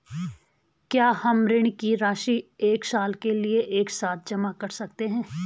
क्या हम ऋण की राशि एक साल के लिए एक साथ जमा कर सकते हैं?